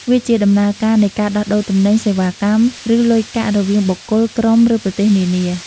វាជា ដំណើរការនៃការដោះដូរទំនិញ សេវាកម្ម ឬលុយកាក់រវាងបុគ្គល ក្រុម ឬប្រទេសនានា។